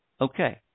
Okay